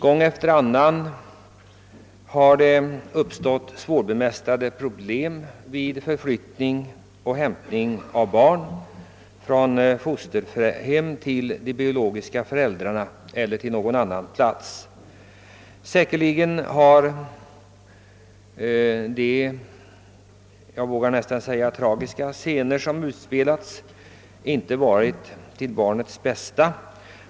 Gång efter annan har det uppstått svårbemästrade problem vid förflyttning och hämtning av barn från fosterhem till de biologiska föräldrarnas hem eller annan plats. Säkerligen har de — jag vågar säga tragiska — scener som utspelats inte varit till barnets bästa.